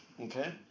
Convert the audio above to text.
Okay